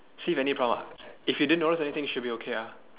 see if any problem if you didn't notice anything should be okay ah